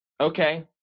okay